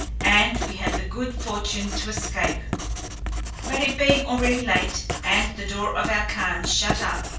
and we had the good fortune to escape but it being already late, and the door of our khan shut up,